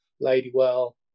Ladywell